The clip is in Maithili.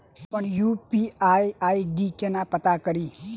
अप्पन यु.पी.आई आई.डी केना पत्ता कड़ी?